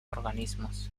organismos